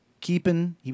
keeping